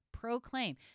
proclaim